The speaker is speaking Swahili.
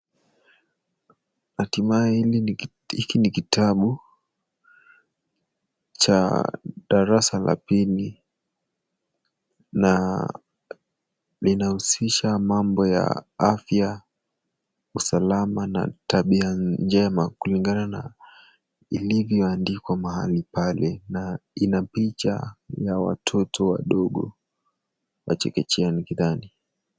Hatimaye hii, hiki ni kitabu cha darasa la pili naa linahusisha mambo ya afya, usalama na tabia njema kulingana na ilivyoandikwa mahali pale, na ina picha ya watoto wadogo, wa chekechea nikidhani.